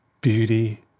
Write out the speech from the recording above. beauty